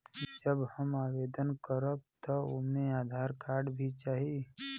जब हम आवेदन करब त ओमे आधार कार्ड भी चाही?